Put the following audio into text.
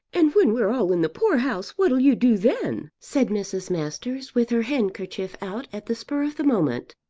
and when we're all in the poor-house what'll you do then? said mrs. masters with her handkerchief out at the spur of the moment.